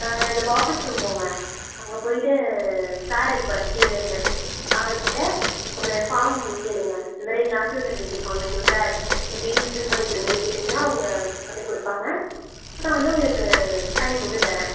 நம்ம office room போங்க அங்கே போயிட்டு சார் இருப்பார் ஸ்ரீதர்னு அவருகிட்ட ஒரு ஃபார்ம் கேளுங்க இந்த மாதிரி ட்ரான்ஸ்வர் சர்டிஃபிகேட் ஃபார்ம் வேணும் சார் டீடெயில்ஸ் ஃபில் பண்ணி கொடுங்கனு கேட்டீங்னா அவங்க பண்ணி கொடுப்பாங்க நான் வந்து உங்களுக்கு சைன் போட்டுத்தாரேன்